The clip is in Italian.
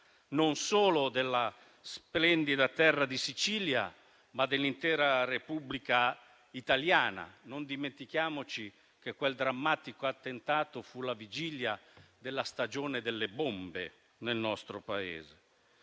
non solo della splendida terra di Sicilia, ma dell'intera Repubblica italiana. Non dimentichiamo che quel drammatico attentato fu la vigilia della stagione delle bombe nel nostro Paese.